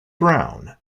brown